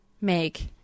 make